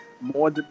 more